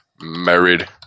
married